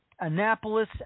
Annapolis